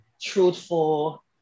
truthful